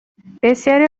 بسیاری